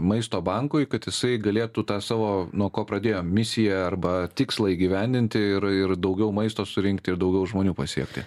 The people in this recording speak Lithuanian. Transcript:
maisto bankui kad jisai galėtų tą savo nuo ko pradėjo misiją arba tikslą įgyvendinti ir ir daugiau maisto surinkti ir daugiau žmonių pasiekti